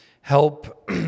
help